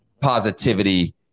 positivity